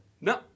No